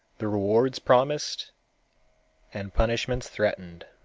the rewards promised and punishments threatened.